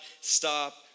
stop